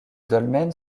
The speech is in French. dolmen